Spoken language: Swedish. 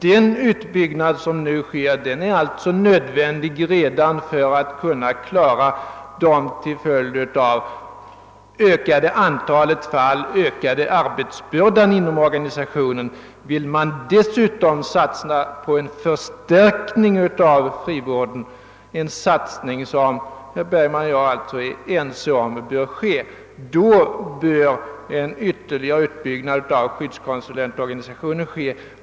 Den utbyggnad som nu äger rum är alltså nödvändig redan för att vi skall kunna klara den till följd av det ökade antalet fall tilltagande arbetsbördan inom organisationen. Vill vi dessutom satsa på en förstärkning av frivården -— en satsning om vilken herr Bergman och jag alltså är ense — bör en ytterligare utbyggnad av skyddskonsulentorganisationen ske.